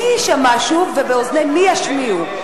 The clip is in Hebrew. מי ישמע שוב ובאוזני מי ישמיעו?